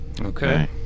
Okay